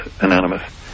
Anonymous